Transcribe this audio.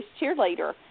cheerleader